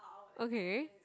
okay